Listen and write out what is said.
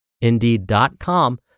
Indeed.com